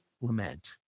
lament